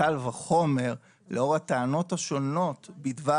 מקל וחומר לאור הטענות השונות בדבר